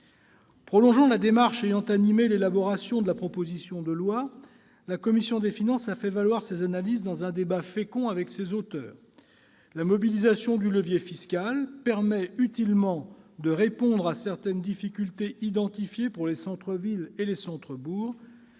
Prolongeant la démarche ayant animé l'élaboration de la proposition de loi, la commission des finances a fait valoir ses analyses dans un débat fécond avec ses auteurs. La mobilisation du levier fiscal permet de répondre utilement à certaines difficultés identifiées pour les centres-villes et les centres-bourgs.